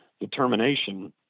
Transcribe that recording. determination